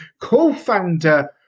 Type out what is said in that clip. co-founder